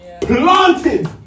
planted